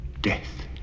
Death